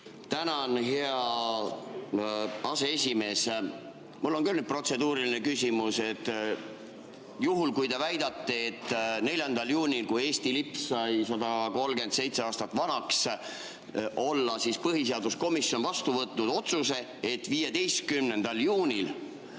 Tänan, hea aseesimees! Mul on küll protseduuriline küsimus. Kui te väidate, et 4. juunil, kui Eesti lipp sai 137 aastat vanaks, võttis põhiseaduskomisjon vastu otsuse, et 15. juunil